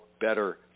better